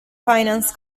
finance